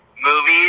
movies